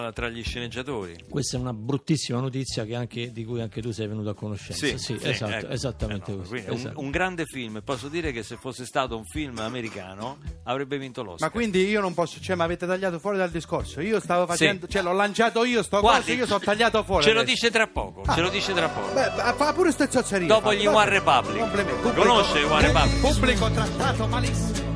tra gli sceneggiatori. Questa è una bruttissima notizia che anche- di cui anche tu sei venuto a conoscenza. Sì, Sì, sì, esatto- ecco. Eh, esattamente eh no, questo, quindi è un- esatto. un grande film. Posso dire che se fosse stato un film americano, avrebbe vinto l'Oscar. Ma quindi io non posso- cioè, mi avete tagliato fuori dal discorso. Io stavo Sì. facendo- cioè, l'ho lanciato io sto Guardi, corso, io so tagliato fuori ce lo adesso. dice tra poco, Ah. ce lo dice tra poco. Beh, fa pure ste zozzerie, Dopo gli Fabio, va One bene. Republic. Complimenti. Pubblico- Conosce i One Republic? Pubblico trattato malissimo.